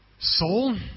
soul